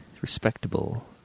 Respectable